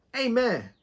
Amen